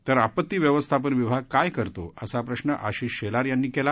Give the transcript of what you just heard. तर आपत्ती व्यवस्थापन विभाग काय करतो असा प्रश्न आशिष शेलार यांनी केला